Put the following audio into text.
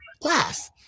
glass